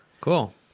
cool